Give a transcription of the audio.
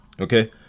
Okay